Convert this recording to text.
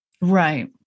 Right